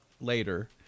later